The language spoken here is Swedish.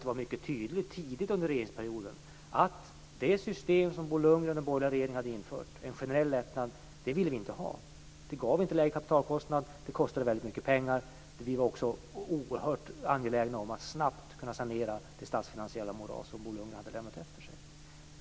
Det var också mycket tidigt under regeringsperioden tydligt att vi inte ville ha det system med en generell lättnad som Bo Lundgren och den borgerliga regeringen hade infört. Det gav inte lägre kapitalkostnad, det kostade väldigt mycket pengar och vi var oerhört angelägna om att snabbt kunna sanera det statsfinansiella moras som Bo Lundgren hade lämnat efter sig.